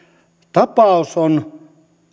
tapaus on